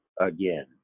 again